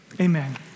Amen